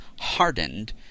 hardened